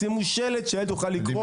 שימו שלט שהילד יוכל לקרוא.